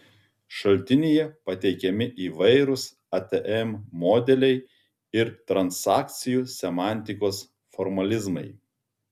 šaltinyje pateikiami įvairūs atm modeliai ir transakcijų semantikos formalizmai